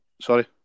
sorry